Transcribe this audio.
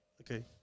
okay